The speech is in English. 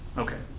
okay.